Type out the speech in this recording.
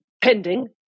pending